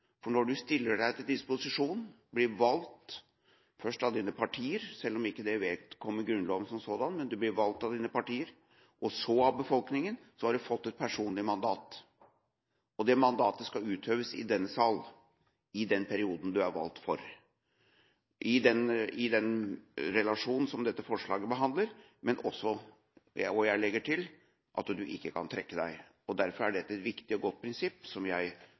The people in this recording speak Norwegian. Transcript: For når du stiller deg til disposisjon og blir valgt – først av dine partier, selv om det ikke vedkommer Grunnloven som sådan, men du blir valgt av dine partier og så av befolkningen – da har du fått et personlig mandat. Det mandatet skal utøves i denne sal i den perioden du er valgt for i den relasjon som dette forslaget behandler, men også – og jeg legger til – at du ikke kan trekke deg. Derfor er dette et viktig og godt prinsipp, som jeg personlig støtter. Jeg vil først si at jeg er